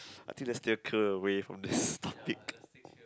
I feel let's stay clear away from this topic